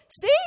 see